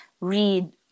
read